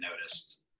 noticed